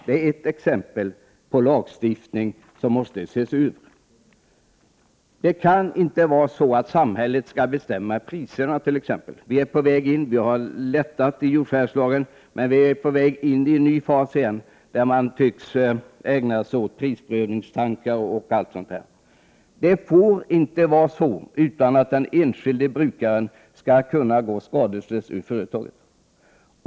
Det är ett exempel på lagstiftning som måste ses över. Det kan inte vara så att samhället skall bestämma priserna t.ex. Uppmjukning har skett i jordförvärvslagen, men vi är på väg in i en ny fas, där man tycks ägna sig åt prisprövningstankar o.d. Den enskilde brukaren måste kunna gå skadeslös ur företaget.